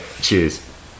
Cheers